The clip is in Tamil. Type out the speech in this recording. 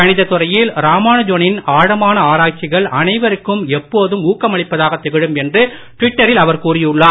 கணிதத் துறையில் ராமானுஜனின் ஆழமான ஆராய்ச்சிகள் அனைவருக்கும் எப்போதும் ஊக்கமளிப்பதாக திகழும் என்று டுவிட்டரில் அவர் கூறியுள்ளார்